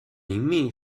明命